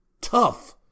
tough